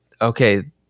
okay